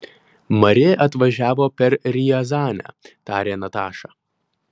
mari atvažiavo per riazanę tarė nataša